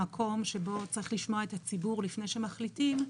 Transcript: מקום שבו צריך לשמוע את הציבור לפני שמחליטים,